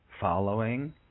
following